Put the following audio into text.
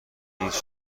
هیچ